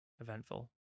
eventful